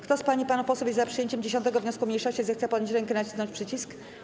Kto z pań i panów posłów jest za przyjęciem 10. wniosku mniejszości, zechce podnieść rękę i nacisnąć przycisk.